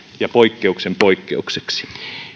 ja poikkeuksen poikkeukseksi